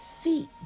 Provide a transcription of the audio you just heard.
feet